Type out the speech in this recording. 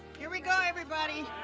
here we go everybody.